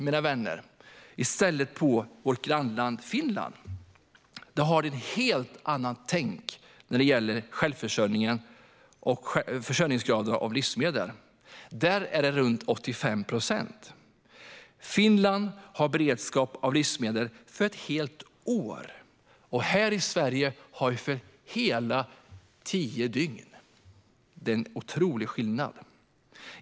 I vårt grannland Finland har man ett helt annat tänk när det gäller försörjningsgraden av livsmedel. Där är den runt 85 procent. Finland har livsmedelsberedskap för ett helt år. Sverige har för tio dygn. Det är stor skillnad.